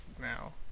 now